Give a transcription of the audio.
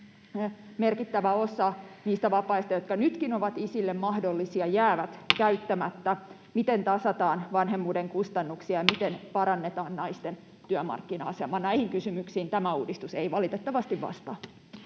Merkittävä osa niistä vapaista, jotka nytkin ovat isille mahdollisia, jäävät käyttämättä. Miten tasataan vanhemmuuden kustannuksia? Miten parannetaan naisten työmarkkina-asemaa? Näihin kysymyksiin tämä uudistus ei valitettavasti vastaa.